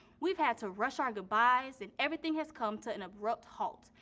we've had to rush our goodbyes and everything has come to an abrupt halt.